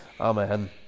Amen